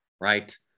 right